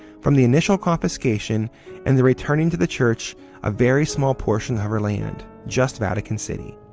from the initial confiscation and the returning to the church a very small portion of her land, just vatican city.